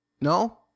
No